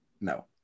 No